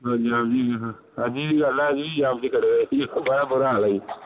ਹਾਂਜੀ ਹਾਂਜੀ ਛੱਡੋ ਹਾਂਜੀ ਜਾਣਾ ਜੀ ਆਪਣੇ ਘਰੇ ਅਸੀਂ ਬੜਾ ਬੁਰਾ ਹਾਲ ਹੈ ਜੀ